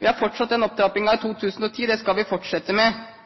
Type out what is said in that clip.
Vi har fortsatt den opptrappingen i 2010, og det skal vi fortsette med.